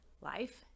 life